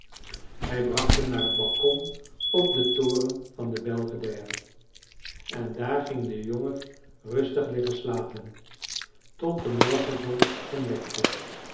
hij bracht hem naar t balkon op den toren van de belvédère en daar ging de jongen rustig liggen slapen tot de morgenzon hem wekte